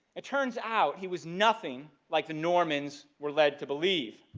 it turns out he was nothing like the normans were led to believe.